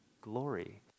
glory